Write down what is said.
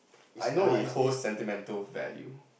I know it holds sentimental value